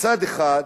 בצד אחד,